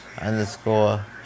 underscore